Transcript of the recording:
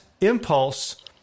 impulse